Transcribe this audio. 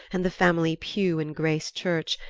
and the family pew in grace church,